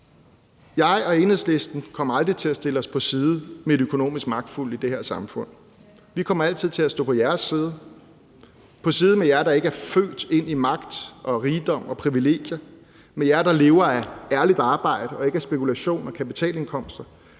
Jeg og Enhedslisten kommer aldrig til at stille os på side med de økonomisk magtfulde i det her samfund. Vi kommer altid til at stå på side med jer, der ikke er født ind i magt, rigdom og privilegier, med jer, der lever af ærligt arbejde og ikke af spekulation med kapitalindkomster,